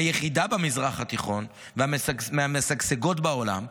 היחידה במזרח התיכון ומהמשגשגות בעולם.